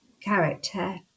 character